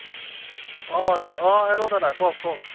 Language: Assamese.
অঁ হে অঁ হেল্লো দাদা কওক কওক